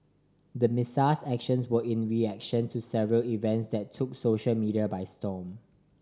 the Messiah's actions were in reaction to several events that took social media by storm